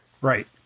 right